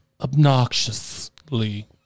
Obnoxiously